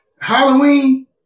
Halloween